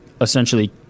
essentially